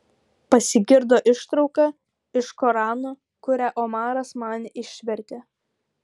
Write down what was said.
pasigirdo ištrauka iš korano kurią omaras man išvertė